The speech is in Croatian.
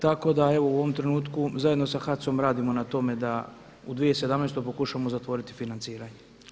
Tako da u ovom trenutku zajedno sa HAC-om radimo na tome da u 2017. pokušamo zatvoriti financiranje.